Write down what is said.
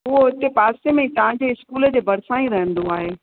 उहो हिते पासे में ई तव्हांजे स्कूल जे भरिसां ई रहंदो आहे